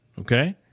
Okay